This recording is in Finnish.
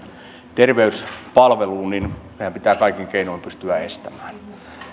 terveyspalveluun meidän pitää kaikin keinoin pystyä estämään